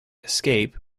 escape